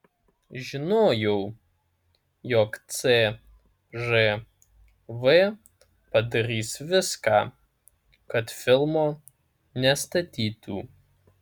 žinojau jog cžv padarys viską kad filmo nestatytų